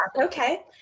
okay